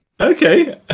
Okay